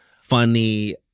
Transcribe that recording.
funny